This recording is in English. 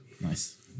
Nice